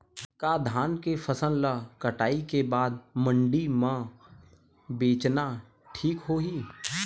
का धान के फसल ल कटाई के बाद मंडी म बेचना ठीक होही?